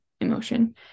emotion